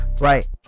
right